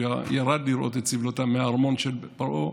ירד לראות את סבלותם מהארמון של פרעה,